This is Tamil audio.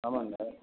ஆமாங்க